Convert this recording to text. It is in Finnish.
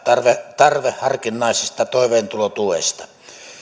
tarveharkinnaisesta toimeentulotuesta